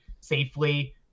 safely